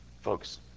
Folks